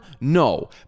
no